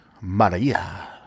maria